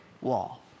wall